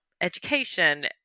education